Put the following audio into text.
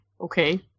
Okay